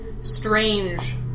strange